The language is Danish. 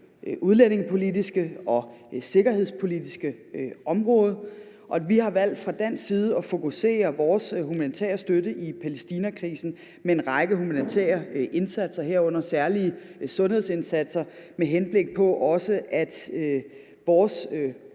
udlændingepolitiske og sikkerhedspolitiske område. Vi har valgt fra dansk side at fokusere vores humanitære støtte i Palæstinakrisen med en række humanitære indsatser, herunder særlige sundhedsindsatser, med henblik på at vores